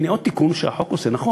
הנה עוד תיקון שהחוק עושה נכון.